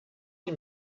sie